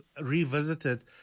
revisited